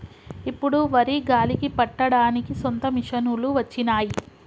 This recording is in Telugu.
ఇప్పుడు వరి గాలికి పట్టడానికి సొంత మిషనులు వచ్చినాయి